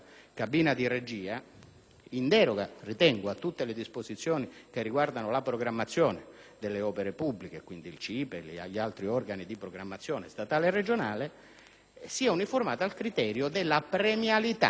in deroga ritengo a tutte le disposizioni riguardanti la programmazione delle opere pubbliche (quindi il CIPE e tutti gli altri organi di programmazione statale e regionale) sia uniformata al criterio della premialità rispetto a chi,